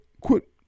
quit